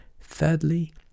thirdly